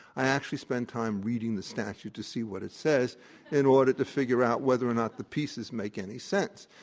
i actually spent time reading the statute to see what it says in order to figure out whether or not the pieces make any sense.